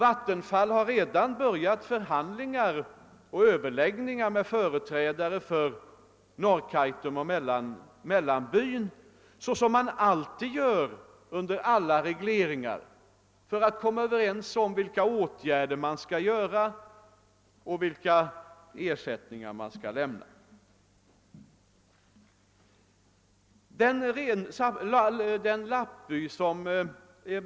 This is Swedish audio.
Vattenfall har redan börjat förhandlingar och överläggningar med företrädare för Norrkaitum och Mellanbyn såsom man alltid gör vid alla regleringar för att komma överens om vilka åtgärder man skall vidta och vilka ersättningar som skall lämnas.